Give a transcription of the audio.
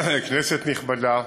כנסת נכבדה,